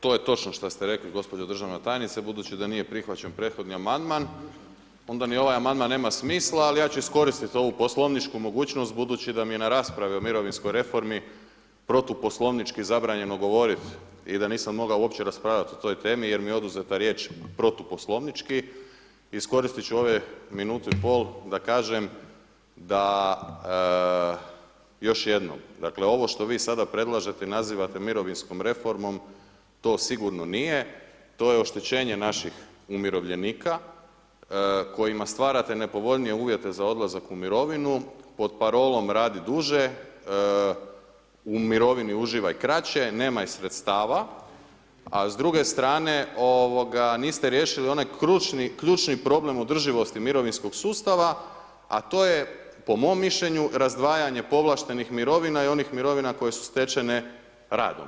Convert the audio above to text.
To je točno što ste rekli gospođo Državna tajnice budući da nije prihvaćen prethodni amandman, onda ni ovaj amandman nema smisla ali ja ću iskoristit ovu poslovničku mogućnost budući da mi je na raspravi o mirovinskoj reformi protu poslovnički zabranjeno govorit i da nisam mogao uopće raspravljat o toj temi jer mi je oduzeta riječ protu poslovnički, iskoristit ću ove minute i pol da kažem da još jednom dakle, ovo što vi sad predlažete i nazivate mirovinskom reformom to sigurno nije, to je oštećenje naših umirovljenika kojima stvarate nepovoljnije uvjete za odlazak u mirovinu, pod parolom „radi duže“, „u mirovini uživaj kraće“, „nemaj sredstava“ a s druge strane ovoga niste riješili onaj ključni problem održivosti mirovinskog sustava, a to je po mom mišljenju razdvajanje povlaštenih mirovina i onih mirovina koje su stečene radom.